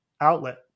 outlet